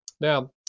Now